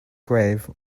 grave